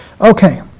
Okay